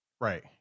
Right